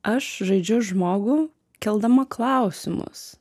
aš žaidžiu žmogų keldama klausimus